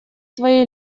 твоей